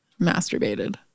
masturbated